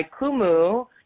Kumu